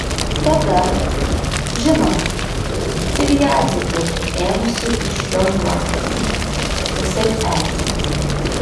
tada žinoma ir jadzė būtų ėmusi iš jo juoktis visaip erzinti